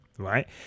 right